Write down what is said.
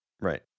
Right